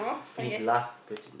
finish last question